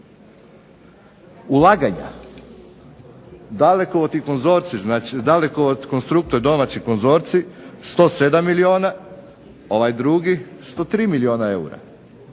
Ulaganja, Dalekovod, Konstruktor domaći konzorcij 107 milijuna ovaj drugi 103 milijuna eura.